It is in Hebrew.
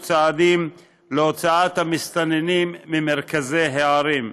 צעדים להוצאת המסתננים ממרכזי הערים.